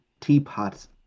Teapot's